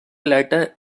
letter